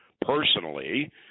personally